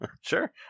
Sure